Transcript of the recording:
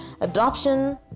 Adoption